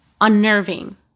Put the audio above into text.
unnerving